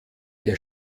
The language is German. der